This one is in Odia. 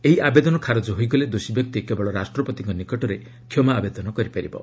ଏହି ଆବେଦନ ଖାରଜ ହୋଇଗଲେ ଦୋଷୀ ବ୍ୟକ୍ତି କେବଳ ରାଷ୍ଟ୍ରପତିଙ୍କ ନିକଟରେ କ୍ଷମା ଆବେଦନ କରିପାରିବେ